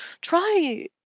Try